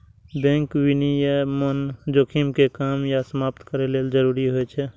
bank विनियमन जोखिम कें कम या समाप्त करै लेल जरूरी होइ छै